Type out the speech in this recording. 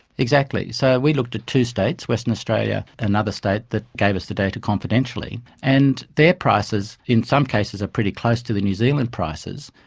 exactly. so we looked at two states, western australia and another state that gave us the data confidentially, and their prices in some cases are pretty close to the new zealand prices,